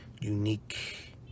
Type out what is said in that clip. unique